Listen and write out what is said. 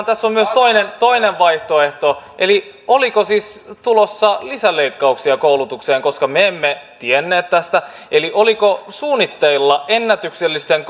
tässä on myös toinen toinen vaihtoehto eli oliko siis tulossa lisäleikkauksia koulutukseen me emme tienneet tästä oliko suunnitteilla ennätyksellisten